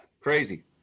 crazy